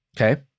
Okay